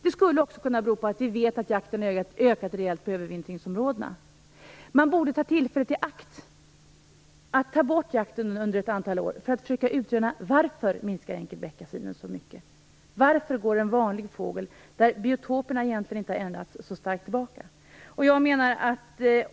Den skulle också kunna bero på att jakten som vi vet har ökat rejält i övervintringsområdena. Man borde ta tillfället i akt att ta bort jakten under ett antal år för att försöka utröna varför enkelbeckasinen minskar så mycket. Varför går en vanlig fågel så starkt tillbaka trots att biotopen egentligen inte har ändrats?